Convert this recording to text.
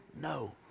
No